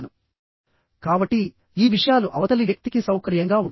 కాబట్టి ఈ విషయాలు అవతలి వ్యక్తికి సౌకర్యంగా ఉంటాయి